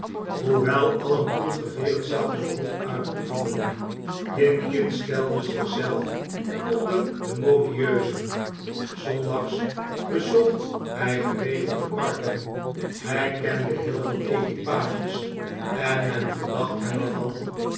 hoewel alien ongeveer hetzelfde beroep uitoefenden jinkins telde zich zelf onder de modieuzen s zondags bezocht hij geregeld de parken hij kende heel veel equipages en men verdacht hem er